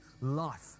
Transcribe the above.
life